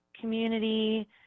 community